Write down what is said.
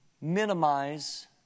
minimize